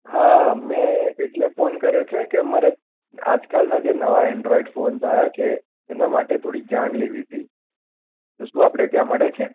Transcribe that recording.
હા મેં એટલે ફોન કર્યો છે કે મારે આજ કાલના જે નવા એન્ડ્રોઇડ ફોન્સ આવ્યાં છે એના માટે થોડી જાણ લેવી હતી તો શું આપણે ત્યાં મળે છે